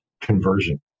conversion